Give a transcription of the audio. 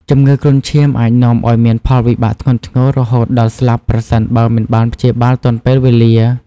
ជំងឺគ្រុនឈាមអាចនាំឱ្យមានផលវិបាកធ្ងន់ធ្ងរ រហូតដល់ស្លាប់ប្រសិនបើមិនបានព្យាបាលទាន់ពេលវេលា។